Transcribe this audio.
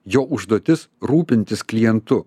jo užduotis rūpintis klientu